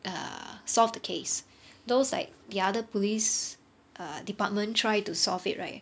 err solve the case those like the other police err department try to solve it right